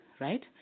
right